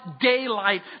daylight